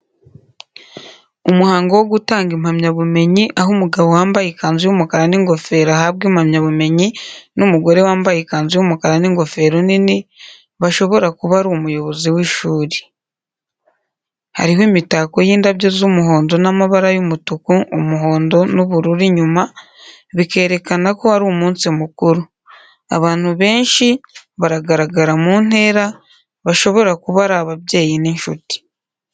Umuhango wo gutanga impamyabumenyi, aho umugabo wambaye ikanzu y'umukara n'ingofero ahabwa impamyabumenyi n'umugore wambaye ikanzu y'umukara n'ingofero nini, bashobora kuba ari umuyobozi w'ishuri. Hariho imitako y'indabyo z'umuhondo n'amabara y'umutuku, umuhondo, n'ubururu inyuma, bikerekana ko ari umunsi mukuru. Abantu benshi baragaragara mu ntera, bashobora kuba ari ababyeyi n'inshuti.